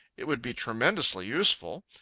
it would be tremendously useful.